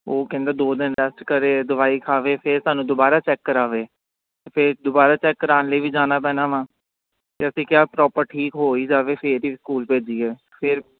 ਉਹ ਕਹਿੰਦਾ ਦੋ ਦਿਨ ਰੈਸਟ ਕਰੇ ਦਵਾਈ ਖਾਵੇ ਫਿਰ ਸਾਨੂੰ ਦੁਬਾਰਾ ਚੈੱਕ ਕਰਾਵੇ ਫਿਰ ਦੁਬਾਰਾ ਚੈੱਕ ਕਰਵਾਉਣ ਲਈ ਵੀ ਜਾਣਾ ਪੈਣਾ ਵਾ ਤਾਂ ਅਸੀਂ ਕਿਹਾ ਪ੍ਰੋਪਰ ਠੀਕ ਹੋ ਹੀ ਜਾਵੇ ਫਿਰ ਹੀ ਸਕੂਲ ਭੇਜੀਏ ਫਿਰ